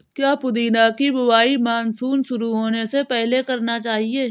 क्या पुदीना की बुवाई मानसून शुरू होने से पहले करना चाहिए?